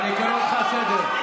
אני קורא אותך לסדר.